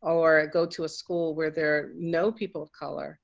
or go to a school where there no people of color,